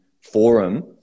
forum